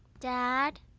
dad?